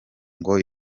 ngo